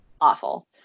awful